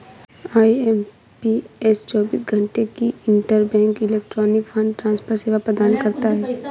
IMPS चौबीस घंटे की इंटरबैंक इलेक्ट्रॉनिक फंड ट्रांसफर सेवा प्रदान करता है